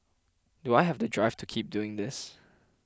do I have the drive to keep doing this